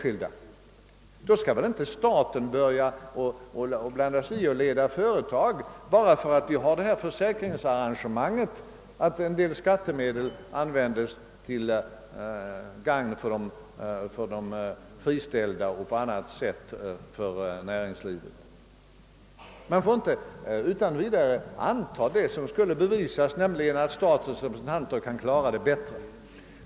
Staten skall väl då inte lägga sig i ledningen av företagen bara därför att en del skat temedel i ett socialt försäkringsarrangemang används till gagn för de anställda och för en del företag. Man får inte utan vidare anta det som skulle bevisas, nämligen att statens representanter kan klara de ekonomiska besluten bättre.